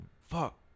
fuck